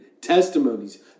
testimonies